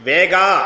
Vega